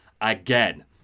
again